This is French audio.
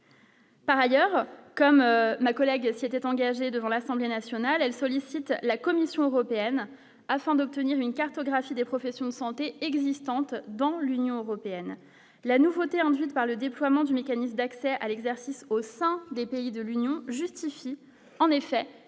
Par ailleurs, comme ma collègue s'était engagé devant l'Assemblée nationale, elle sollicite la Commission européenne afin d'obtenir une cartographie des professions de santé existantes dans l'Union européenne, la nouveauté induite par le déploiement du mécanisme d'accès à l'exercice au sein des pays de l'Union, justifie en effet